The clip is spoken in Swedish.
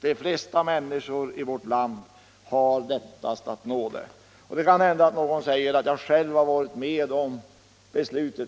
de flesta människor i vårt land trots allt har lättast att nå det. Det kan hända att någon säger att jag själv har varit med om beslutet.